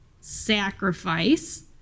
sacrifice